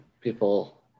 people